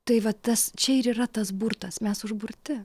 tai va tas čia ir yra tas burtas mes užburti